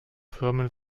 firmen